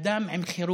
צ'אד, כל המדינות.